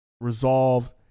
resolved